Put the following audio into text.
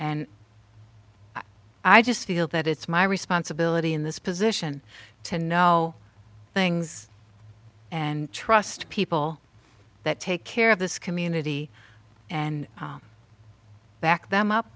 and i just feel that it's my responsibility in this position to know things and trust people that take care of this community and back them up